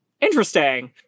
interesting